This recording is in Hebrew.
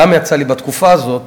גם יצא לי בתקופה הזאת,